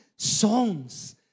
Songs